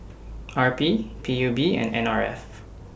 R P P U B and N R F